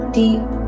deep